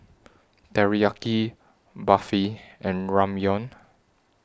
Teriyaki Barfi and Ramyeon